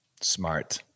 Smart